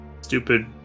Stupid